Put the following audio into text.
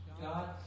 God